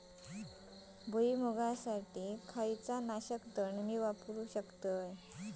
भुईमुगासाठी खयला तण नाशक मी वापरू शकतय?